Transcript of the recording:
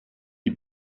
die